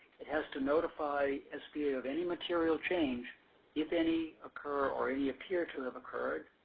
it has to notify sba of any material change if any occur or any appear to have occurred